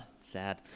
sad